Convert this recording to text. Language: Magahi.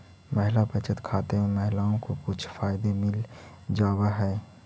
महिला बचत खाते में महिलाओं को कुछ फायदे मिल जावा हई